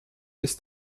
ist